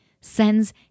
sends